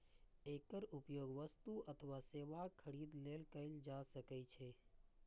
एकर उपयोग वस्तु अथवा सेवाक खरीद लेल कैल जा सकै छै